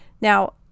Now